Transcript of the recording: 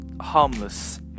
harmless